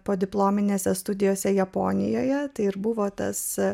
podiplominėse studijose japonijoje tai ir buvo tas